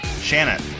Shannon